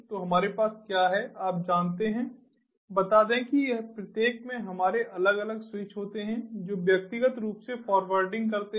तो हमारे पास क्या है आप जानते हैं बता दें कि प्रत्येक में हमारे अलग अलग स्विच होते हैं जो व्यक्तिगत रूप से फॉरवार्डिंग करते हैं